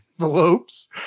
envelopes